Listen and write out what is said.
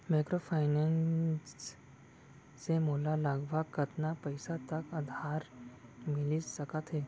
Microfinance से मोला लगभग कतना पइसा तक उधार मिलिस सकत हे?